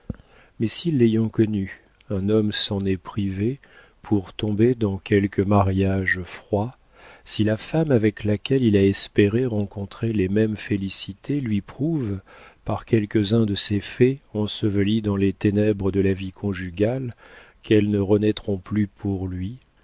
mais si l'ayant connu un homme s'en est privé pour tomber dans quelque mariage froid si la femme avec laquelle il a espéré rencontrer les mêmes félicités lui prouve par quelques-uns de ces faits ensevelis dans les ténèbres de la vie conjugale qu'elles ne renaîtront plus pour lui